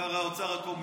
לא צריך.